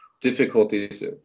difficulties